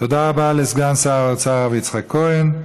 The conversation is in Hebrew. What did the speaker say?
תודה רבה לסגן שר האוצר הרב יצחק כהן.